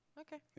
Okay